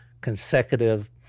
consecutive